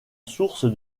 source